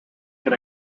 can